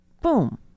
boom